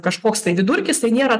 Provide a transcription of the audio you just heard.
kažkoks tai vidurkis tai nėra